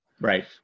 right